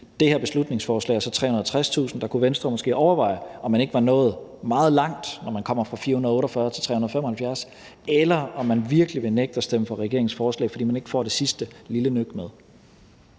det her beslutningsforslag er det så 360.000 kr., og der kunne Venstre måske overveje, om ikke man var nået meget langt, når man kommer fra 448.000 kr. til 375.000 kr., eller om man virkelig vil nægte at stemme for regeringens forslag, fordi man ikke får det sidste lille nøk med.